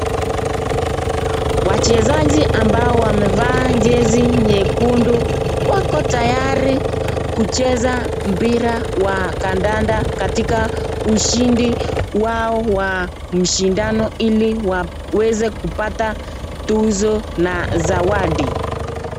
Wachezaji ambao wamevaa jezi nyekundu wako tayari kucheza mpira wa kandanda katika ushindi wao wa mshindano ili waweze kupata tuzo na zawadi.